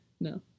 No